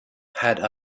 had